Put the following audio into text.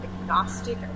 agnostic